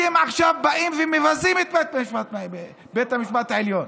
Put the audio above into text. אתם עכשיו באים ומבזים את בית המשפט העליון.